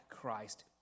Christ